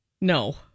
No